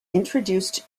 introduced